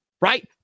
right